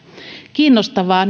kiinnostavaa